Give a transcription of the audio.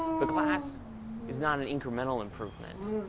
but glass is not an incremental improvement.